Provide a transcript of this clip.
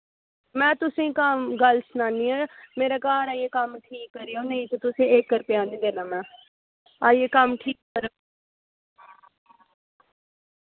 में तुसेंगी कम्म गल्ल सनान्नी आं मेरे घर आइयै कम्म ठीक करेओ नेईं तां में तुसेंगी इक रपेआ निं देना में आइयै कम्म ठीक करो